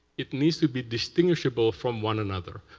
it needs to be distinguishable from one another,